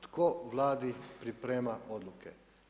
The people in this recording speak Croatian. Tko Vladi priprema odluke?